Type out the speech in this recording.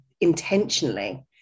intentionally